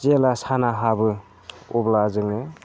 जेब्ला साना हाबो अब्ला जोङो